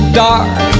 dark